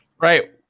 right